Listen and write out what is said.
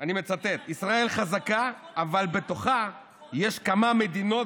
אני מצטט: ישראל חזקה, אבל בתוכה יש כמה "מדינות"